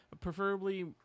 preferably